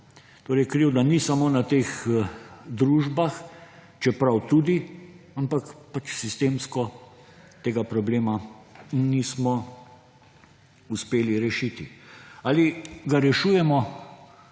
Torej, krivda ni samo na teh družbah, čeprav tudi, ampak pač sistemsko tega problema nismo uspeli rešiti. Ali ga rešujemo